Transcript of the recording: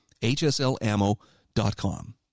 HSLammo.com